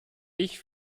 ich